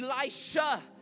Elisha